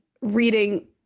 reading